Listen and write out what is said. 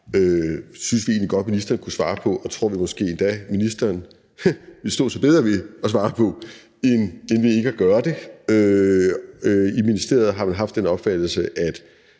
synes vi egentlig godt at ministeren kunne svare på og tror vi måske endda at ministeren ville stå sig bedre ved at svare på end ved ikke at gøre det. I ministeriet har man haft den opfattelse, at